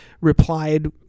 replied